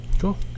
Cool